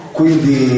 quindi